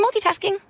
multitasking